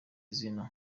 izina